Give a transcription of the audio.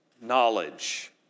Knowledge